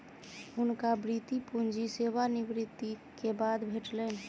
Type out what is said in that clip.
हुनका वृति पूंजी सेवा निवृति के बाद भेटलैन